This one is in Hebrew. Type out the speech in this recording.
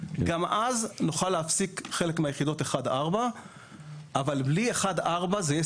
גם אז נוכל להפסיק חלק מהיחידות 4-1 אבל בלי 4-1 זה יהיה